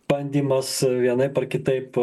bandymas vienaip ar kitaip